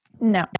No